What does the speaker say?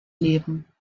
leben